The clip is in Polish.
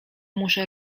muszę